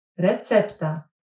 Recepta